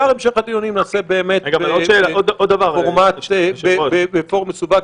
את עיקר המשך הדיונים נעשה באמת בפורמט בפורום מסווג,